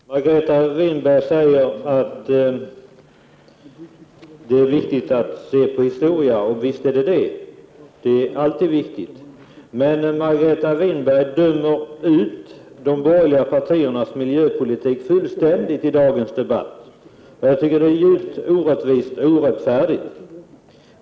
Herr talman! Margareta Winberg säger att det är viktigt att se på historien. Visst är det så — det är alltid viktigt. Men Margareta Winberg dömer fullständigt ut de borgerliga partiernas miljöpolitik i dagens debatt, och det tycker jag är djupt orättvist och orättfärdigt.